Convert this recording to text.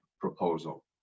proposal